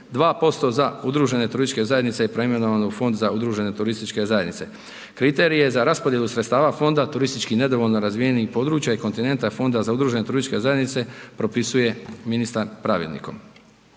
2% za udružene turističke zajednice preimenovane u Fond za udružene turističke zajednice. Kriterije za raspodjelu sredstava Fonda turistički nedovoljno razvijenih područja i kontinent i Fonda za udružene turističke zajednice propisuje ministar pravilnikom.